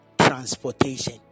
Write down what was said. transportation